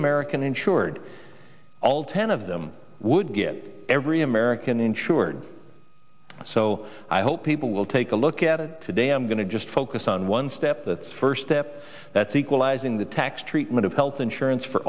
american insured all ten of them would get every american insured so i hope people will take a look at it today i'm going to just focus on one step that's first step that's equalizing the tax treatment of health insurance for